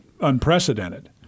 unprecedented